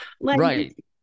Right